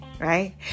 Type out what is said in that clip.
right